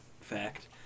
fact